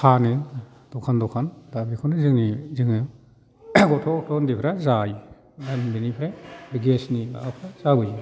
फानो दखान दखान दा बेखौनो जोंनि जोङो गथ' गथ' उन्दैफ्रा जायो दा बिनिफ्राय बे गेसनि माबाफ्रा जाबोयो